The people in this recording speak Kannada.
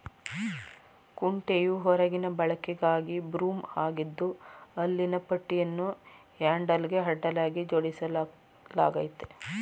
ಕುಂಟೆಯು ಹೊರಗಿನ ಬಳಕೆಗಾಗಿ ಬ್ರೂಮ್ ಆಗಿದ್ದು ಹಲ್ಲಿನ ಪಟ್ಟಿಯನ್ನು ಹ್ಯಾಂಡಲ್ಗೆ ಅಡ್ಡಲಾಗಿ ಜೋಡಿಸಲಾಗಯ್ತೆ